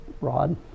Rod